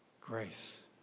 Grace